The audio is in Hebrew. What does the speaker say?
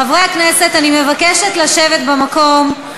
חברי הכנסת, אני מבקשת לשבת במקום.